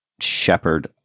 shepherd